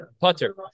Putter